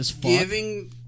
giving